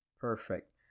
Perfect